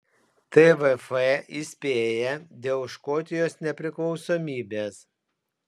tvf įspėja dėl škotijos nepriklausomybės